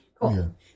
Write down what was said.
cool